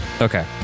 Okay